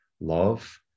love